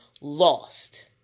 lost